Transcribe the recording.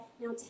Now